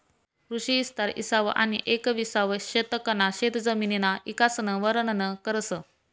कृषी इस्तार इसावं आनी येकविसावं शतकना शेतजमिनना इकासन वरनन करस